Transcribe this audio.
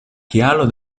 kialo